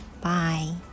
Bye